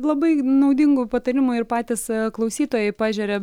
labai naudingų patarimų ir patys klausytojai pažeria